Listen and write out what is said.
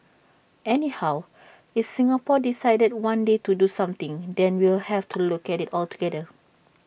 anyhow if Singapore decided one day to do something then we'll have to look at IT altogether